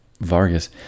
Vargas